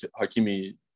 Hakimi